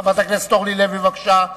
חברת הכנסת אורלי לוי, בבקשה.